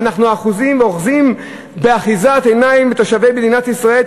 אנחנו אחוזים ואוחזים באחיזת עיניים בתושבי מדינת ישראל.